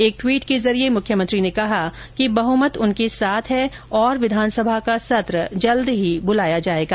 एक ट्वीट के जरिये मुख्यमंत्री ने कहा कि बहमत उनके साथ है और विधानसभा का सत्र जल्द ही बुलाया जाएगा